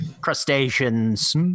crustaceans